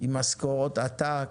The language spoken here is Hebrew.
עם משכורות עתק,